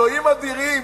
אלוהים אדירים,